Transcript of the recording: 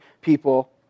people